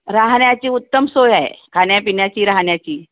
राहण्याची उत्तम सोय आहे खाण्यापिण्याची राहण्याची